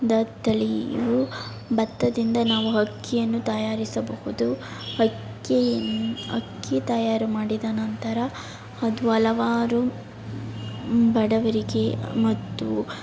the ತಲೆಯು ಭತ್ತದಿಂದ ನಾವು ಅಕ್ಕಿಯನ್ನು ತಯಾರಿಸಬಹುದು ಅಕ್ಕಿಯನ್ನ ಅಕ್ಕಿ ತಯಾರು ಮಾಡಿದ ನಂತರ ಅದು ಹಲವಾರು ಬಡವರಿಗೆ ಮತ್ತು